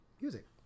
music